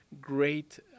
great